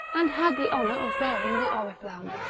and had the honour of bearing the ori flamme,